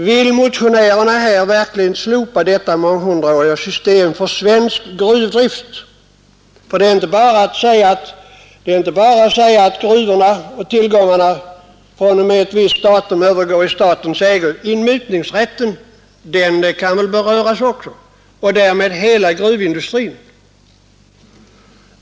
Vill motionärerna verkligen slopa detta månghundraåriga system för svensk gruvdrift? Det är inte bara att säga att gruvorna och tillgångarna från och med ett visst datum övergår i statens ägo. Även inmutningsrätten kan beröras och därmed hela gruvindustrin.